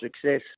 success